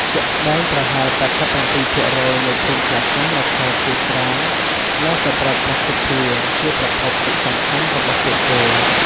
ជាក់ស្តែង ប្រហែល ៨៧% នៃភូមិខ្លះៗនៅខេត្តជាច្រើននៅតែប្រើប្រាស់ទឹកភ្លៀង ជាប្រភពទឹកសំខាន់របស់ពួកគេ។